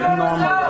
normal